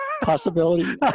Possibility